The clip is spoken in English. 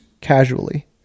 casually